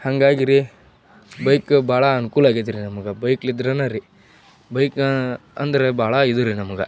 ಹಾಗಾಗಿರಿ bike ಭಾಳ ಅನುಕೂಲ ಆಗೈತ್ರಿ ನಮ್ಗೆ ಬೈಕ್ಲಿದ್ರನ ರೀ ಬೈಕ್ ಅಂದರೆ ಭಾಳ ಇದು ರಿ ನಮ್ಗೆ